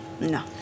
no